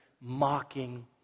mocking